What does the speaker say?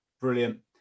Brilliant